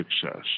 success